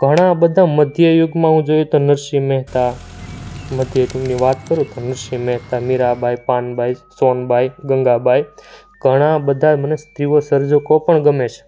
ઘણા બધા મધ્યયુગમાં હું જોઈએ તો નરસિંહ મહેતા મધ્ય યુગની વાત કરું તો નરસિંહ મહેતા મીરાબાઈ પાનબાઈ સોનબાઈ ગંગાબાઈ ઘણા બધા મને સ્ત્રીઓ સર્જકો પણ ગમે છે